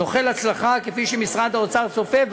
נוחל הצלחה כפי שמשרד האוצר צופה,